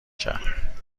کرد